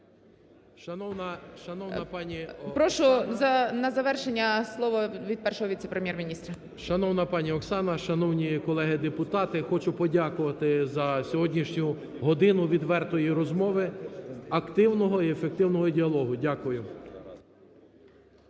Прошу на завершення слово від першого віце-прем’єр-міністра. 11:15:25 КУБІВ С.І. Шановна пані Оксано! Шановні колеги депутати! Хочу подякувати за сьогоднішню годину відвертої розмови, активного і ефективного діалогу. Дякую.